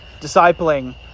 discipling